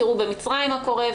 תראו, במצרים מה קורה.